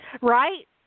Right